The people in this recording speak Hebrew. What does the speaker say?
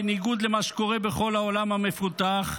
בניגוד למה שקורה בכל העולם המפותח,